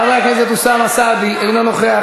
חבר הכנסת אוסאמה סעדי, אינו נוכח.